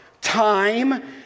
Time